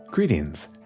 Greetings